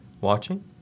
Watching